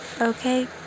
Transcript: Okay